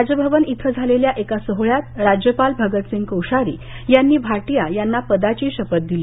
राजभवन इथं झालेल्या एका सोहळ्यात राज्यपाल भगतसिंह कोश्यारी यांनी भाटीया यांना पदाची शपथ दिली